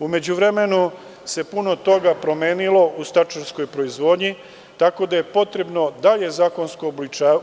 U međuvremenu se puno toga promenilo u stočarskoj proizvodnji tako da je potrebno dalje zakonsko